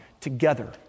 together